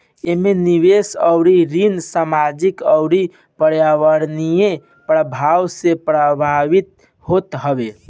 एमे निवेश अउरी ऋण सामाजिक अउरी पर्यावरणीय प्रभाव से प्रभावित होत हवे